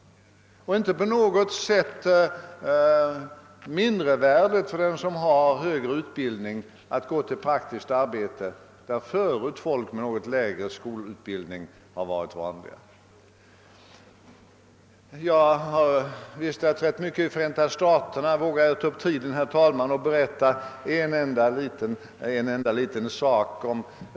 Och det får inte på något sätt anses mindervärdigt för den som har högre utbildning att ägna sig åt ett praktiskt arbete, som vanligen utövas av folk med något lägre skolutbildning. Jag har vistats rätt mycket i Förenta staterna. Kanske vågar jag ta upp tiden här med att berätta en liten sak.